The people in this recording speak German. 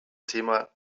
thema